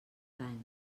dany